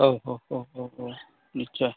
औ औ औ औ औ निस्सय